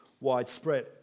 Widespread